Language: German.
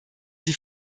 sie